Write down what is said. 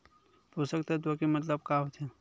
पोषक तत्व के मतलब का होथे?